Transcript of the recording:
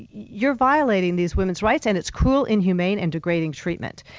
you're violating these women's rights and it's cruel, inhumane and degrading treatment.